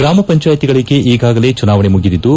ಗ್ರಾಮ ಪಂಚಾಯಿತಿಗಳಿಗೆ ಈಗಾಗಲೇ ಚುನಾವಣೆ ಮುಗಿದಿದ್ದು